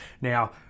Now